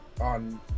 on